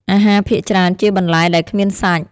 អាហារភាគច្រើនជាបន្លែដែលគ្មានសាច់។